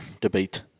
debate